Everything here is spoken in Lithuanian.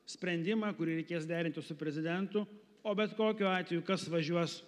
sprendimą kurį reikės derinti su prezidentu o bet kokiu atveju kas važiuos